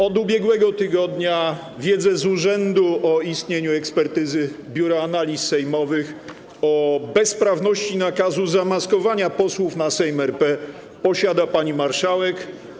Od ubiegłego tygodnia wiedzę z urzędu o istnieniu ekspertyzy Biura Analiz Sejmowych o bezprawności nakazu zamaskowania posłów na Sejm RP posiada pani marszałek.